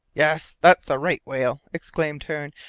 yes! that's a right-whale, exclaimed hearne.